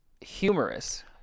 humorous